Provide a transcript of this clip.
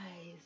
eyes